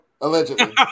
allegedly